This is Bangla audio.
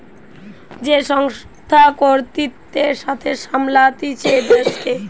যে সংস্থা কর্তৃত্বের সাথে সামলাতিছে দেশকে